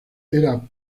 era